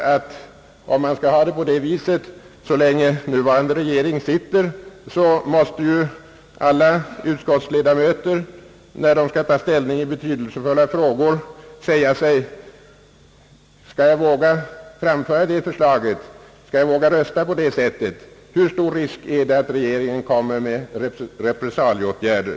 Skall vi ha det på det viset, så länge den nuvarande regeringen sitter, måste ju alla utskottsledamöter, när de skall ta ställning i betydelsefulla ärenden, fråga sig: Skall vi våga framföra det förslaget? Skall vi våga rösta på det sättet? Hur stor är risken för att regeringen kommer med repressalieåtgärder?